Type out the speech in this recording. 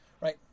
Right